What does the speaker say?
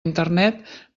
internet